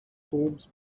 forms